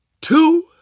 two